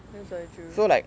that's also true